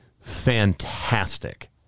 fantastic